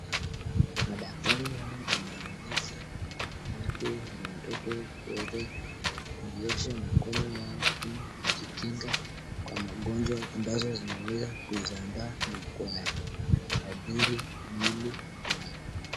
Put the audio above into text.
Madaktari hawa wana himiza watu na watoto kuweza kuliosha mikono yao ili kujikinga kwa magonjwa ambazo zina weza kuisambaa na kuadhiri mwili yao.